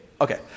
Okay